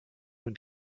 und